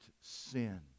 sin